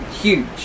huge